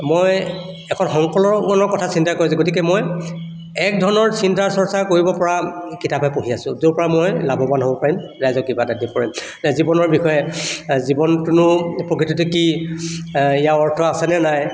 মই এখন সংকললনৰ কথা চিন্তা কৰিছো গতিকে মই এক ধৰণৰ চিন্তা চৰ্চা কৰিব পৰা কিতাপে পঢ়ি আছোঁ য'ৰ পৰা মই লাভৱান হ'ব পাৰিম ৰাইজক কিবা এটা দিব পাৰিম জীৱনৰ বিষয়ে জীৱনটোনো প্ৰকৃততে কি ইয়াৰ অৰ্থ আছেনে নাই